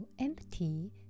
empty